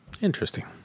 Interesting